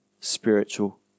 spiritual